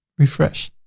refresh.